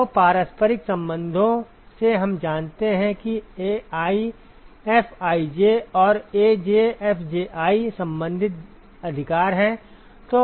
तो पारस्परिक संबंधों से हम जानते हैं कि AiFij और AjFji संबंधित अधिकार हैं